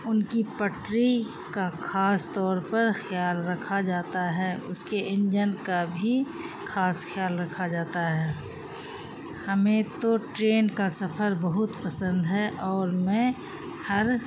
ان کی پٹری کا خاص طور پر خیال رکھا جاتا ہے اس کے انجن کا بھی خاص خیال رکھا جاتا ہے ہمیں تو ٹرین کا سفر بہت پسند ہے اور میں ہر